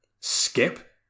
Skip